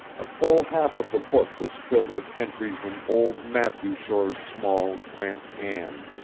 a full half of the book was filled with entries in old matthew shore's small, cramped hand.